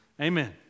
Amen